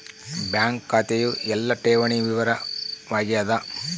bank ಖಾತೆಯು ಎಲ್ಲ ಠೇವಣಿ ವಿವರ ವಾಗ್ಯಾದ